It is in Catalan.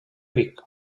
vic